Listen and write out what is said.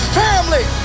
family